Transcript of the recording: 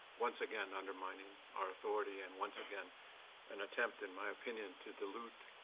once again undermining our authority and once again an attempt, in my opinion, to dilute